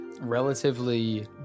Relatively